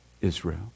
Israel